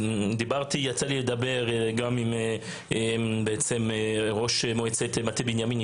יצא לי לדבר גם עם ראש מועצת מטה בנימין,